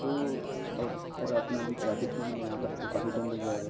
تو اور سر آپ نا ابھی ٹریفک میں ہیں یہاں پر تو کافی ٹائم لگ جائے گا